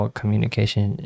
communication